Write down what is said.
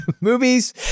movies